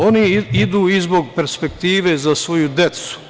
Oni idu i zbog perspektive i za svoju decu.